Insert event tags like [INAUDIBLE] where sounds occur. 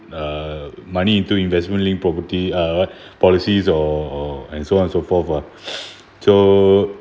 err money into investment linked property uh what policies or or and so on so forth ah [NOISE] so